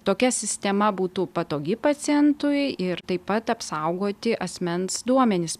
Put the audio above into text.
tokia sistema būtų patogi pacientui ir taip pat apsaugoti asmens duomenis